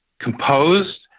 composed